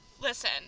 Listen